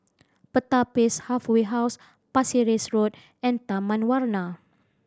Pertapis Halfway House Pasir Ris Road and Taman Warna